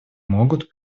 могут